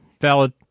Valid